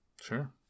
Sure